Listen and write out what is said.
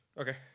Okay